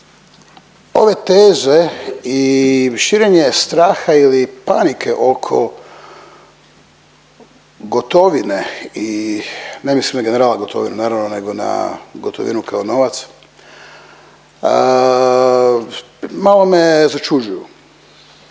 ove teze i širenje straha ili panike oko gotovine i, ne mislim na generala Gotovinu naravno nego na gotovinu kao novac, malo me začuđuju.